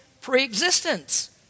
pre-existence